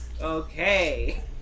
Okay